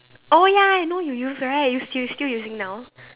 oh ya I know you use right you you still using now